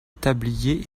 tablier